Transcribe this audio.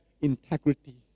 integrity